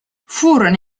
furono